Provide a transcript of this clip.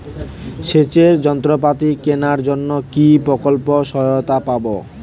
সেচের যন্ত্রপাতি কেনার জন্য কি প্রকল্পে সহায়তা পাব?